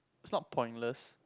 is not pointless